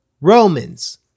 Romans